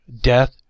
death